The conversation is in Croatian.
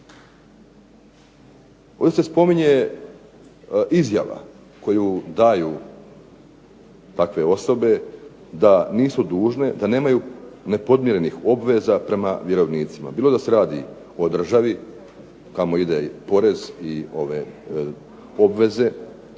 Ovdje se spominje izjava koju daju takve osobe da nisu dužne, da nemaju nepodmirenih obveza prema vjerovnicima, bilo da se radi o državi kamo ide porez i ove obveze